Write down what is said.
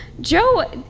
Joe